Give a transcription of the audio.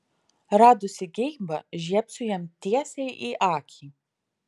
radusi geibą žiebsiu jam tiesiai į akį